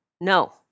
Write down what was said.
No